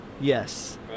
Yes